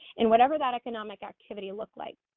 in whatever that economic activity looked like.